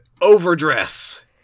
overdress